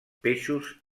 peixos